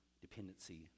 dependency